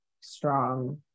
strong